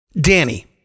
Danny